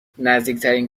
نزدیکترین